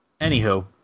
Anywho